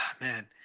man